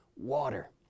water